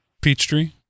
Peachtree